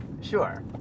sure